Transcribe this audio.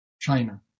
China